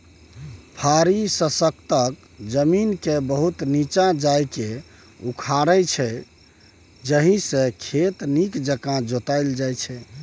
फारी सक्खत जमीनकेँ बहुत नीच्चाँ जाकए उखारै छै जाहिसँ खेत नीक जकाँ जोताएल जाइ छै